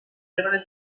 regular